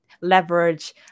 leverage